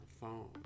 phone